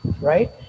right